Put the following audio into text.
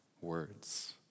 words